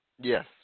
yes